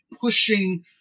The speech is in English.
pushing